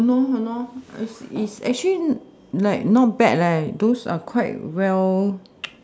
no no it's actually like not bad leh those are quite well